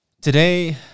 today